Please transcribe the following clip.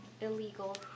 illegal